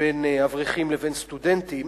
בין אברכים לבין סטודנטים,